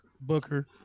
Booker